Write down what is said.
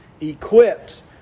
equipped